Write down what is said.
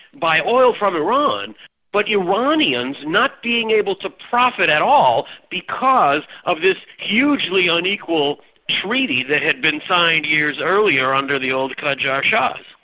by oil from iran but iranians not being able to profit at all because of this hugely unequal treaty that had been signed years earlier under the old qajar shahs.